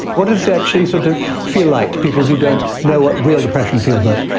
what does it actually sort of feel like, to people who don't know what real depression feels like?